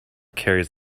carries